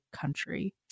country